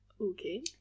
Okay